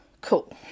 Cool